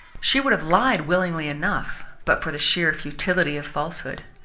she would have lied willingly enough but for the sheer futility of falsehood.